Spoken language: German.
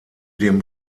dem